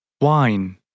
Wine